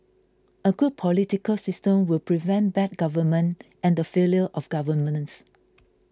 a good political system will prevent bad government and the failure of